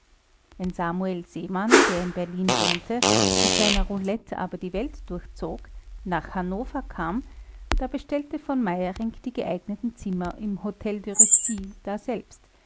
wenn samuel seemann der in berlin wohnte mit seiner roulette aber die welt durchzog nach hannover kam da bestellte v meyerinck die geeigneten zimmer im hotel de russie daselbst